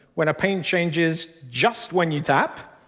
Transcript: when a paint changes just when you tap.